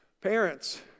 parents